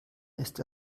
ist